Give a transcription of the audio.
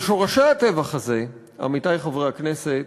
אבל שורשי הטבח הזה, עמיתי חברי הכנסת,